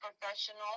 professional